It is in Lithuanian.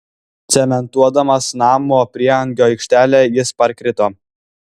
cementuodamas namo prieangio aikštelę jis parkrito